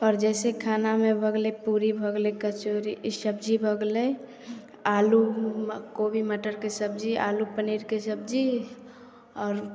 आओर जइसे खानामे भऽ गेलै पूड़ी भऽ गेलै कचौड़ी सबजी भऽ गेलै आलू कोबी मटरके सबजी आलू पनीरके सबजी आओर